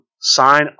sign